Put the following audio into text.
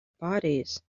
parties